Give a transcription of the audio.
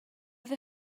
oedd